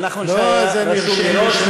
לא, אבל נחמן שי היה רשום מראש,